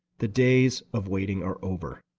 the days of waiting are over.